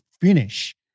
finish